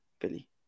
Billy